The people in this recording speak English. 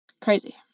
Crazy